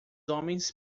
homens